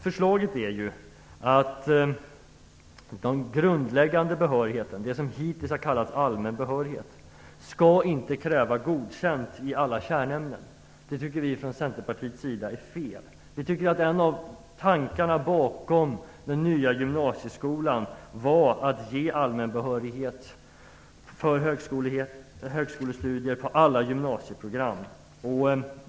Förslaget innebär att det för de grundläggande behörigheterna, det som hittills har kallats för allmän behörighet, inte skall krävas godkänt i alla kärnämnen. Det tycker vi i Centerpartiet är fel. En av tankarna bakom den nya gymnasieskolan var väl att ge allmän behörighet för högskolestudier på alla gymnasieprogram.